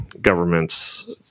governments –